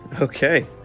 okay